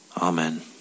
Amen